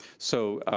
so,